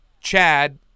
Chad